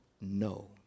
no